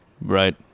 Right